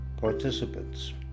participants